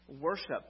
worship